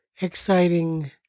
exciting